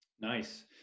Nice